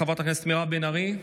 חברת הכנסת מירב בן ארי.